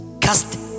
Cast